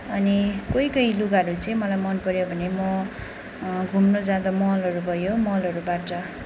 अनि कोही कोही लुगाहरू चाहिँ मलाई मन पऱ्यो भने म घुम्नु जाँदा मलहरू भयो मलहरूबाट